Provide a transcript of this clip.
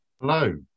Hello